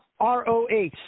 ROH